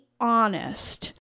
honest